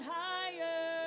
higher